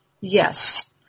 Yes